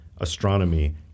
astronomy